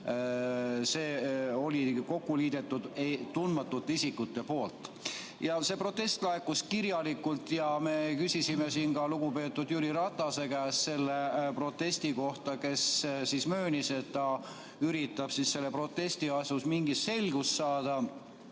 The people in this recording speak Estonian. see oli kokku liidetud tundmatute isikute poolt. See protest laekus kirjalikult ja me küsisime siin ka lugupeetud Jüri Ratase käest selle protesti kohta. Ta möönis, et ta üritab selle protesti asjus mingit selgust saada.